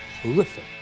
horrific